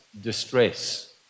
distress